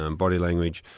ah and body language,